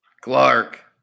Clark